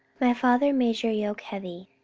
my father made your yoke heavy,